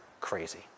crazy